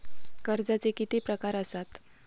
कर्जाचे किती प्रकार असात?